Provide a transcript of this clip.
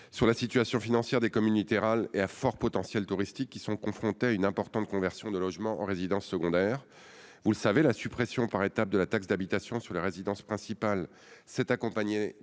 sur la situation financière des communes littorales et à fort potentiel touristique, confrontées à une importante conversion de logements en résidences secondaires. Comme vous le savez, la suppression par étapes de la taxe d'habitation sur les résidences principales s'est accompagnée